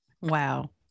Wow